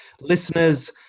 Listeners